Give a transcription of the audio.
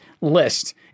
list